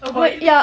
avoid